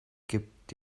gibt